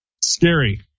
Scary